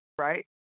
right